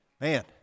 man